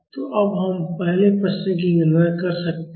तो अब हम पहले प्रश्न की गणना कर सकते हैं